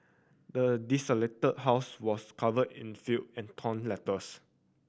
the desolated house was covered in filth and torn letters